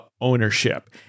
ownership